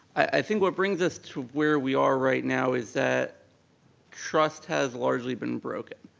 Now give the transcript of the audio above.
i think what brings us to where we are right now is that trust has largely been broken.